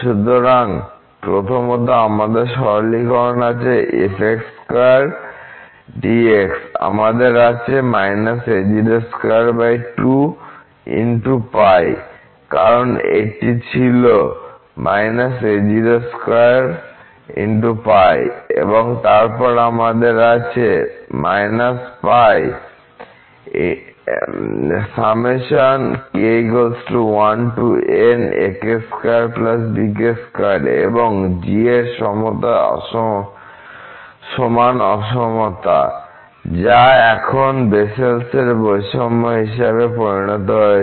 সুতরাং প্রথমত আমাদের সরলীকরণ আছে আমাদের আছে কারণ এটি ছিল এবং তারপর আমাদের আছেএবং 0 এর সমান অসমতা যা এখন বেসেলের বৈষম্য হিসাবে পরিণত হয়েছে